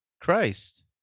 Christ